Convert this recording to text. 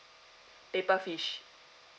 paper fish